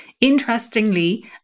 Interestingly